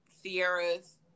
Sierra's